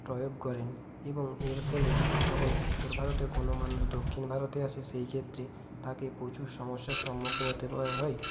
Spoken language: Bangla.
প্রয়োগ করেন এবং এর ফলে যখন উত্তর ভারতের কোনো মানুষ দক্ষিণ ভারতে আসে সেই ক্ষেত্রে তাকে প্রচুর সমস্যার সম্মুখীন হতে হয়